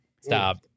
Stop